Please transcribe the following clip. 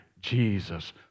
Jesus